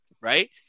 right